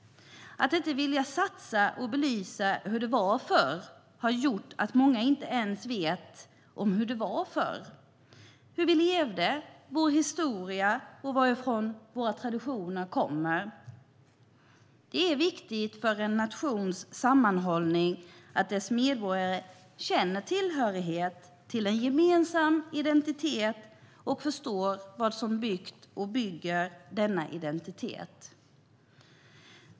Att man inte har velat satsa på och belysa hur det var förr har gjort att många inte ens vet hur det var förr - hur vi levde, vår historia och varifrån våra traditioner kommer. Det är viktigt för en nations sammanhållning att dess medborgare känner tillhörighet till en gemensam identitet och förstår vad som byggt och bygger denna identitet.